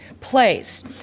place